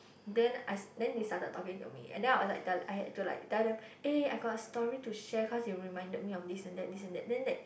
then I s~ then they started talking to me and then I was tell~ I had to like tell them eh I got a story to share cause they reminded me of this and this and then that